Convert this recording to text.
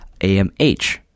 AMH